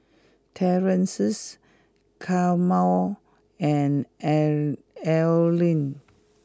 Terrence Carma and arrow Allean